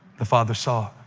the father saw.